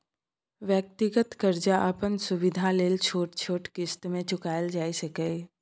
व्यक्तिगत कर्जा के अपन सुविधा लेल छोट छोट क़िस्त में चुकायल जाइ सकेए